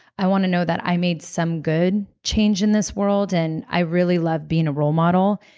i want to know that i made some good change in this world. and i really love being a role model,